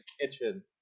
kitchen